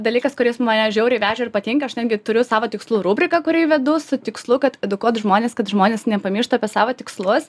dalykas kuris mane žiauriai veža ir patinka aš netgi turiu savo tikslų rubriką kurį vedu su tikslu kad edukuot žmones kad žmonės nepamirštų apie savo tikslus